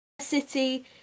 city